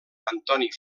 antoni